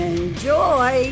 Enjoy